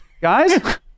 guys